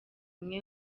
imwe